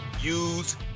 use